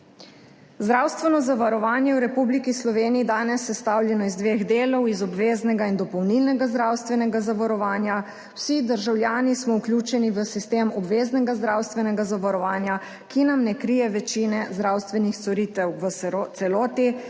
Zdravstveno zavarovanje v Republiki Sloveniji je danes sestavljeno iz dveh delov, iz obveznega in dopolnilnega zdravstvenega zavarovanja. Vsi državljani smo vključeni v sistem obveznega zdravstvenega zavarovanja, ki nam ne krije večine zdravstvenih storitev v celoti,